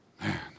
Man